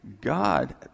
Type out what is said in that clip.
God